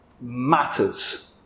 matters